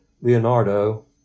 Leonardo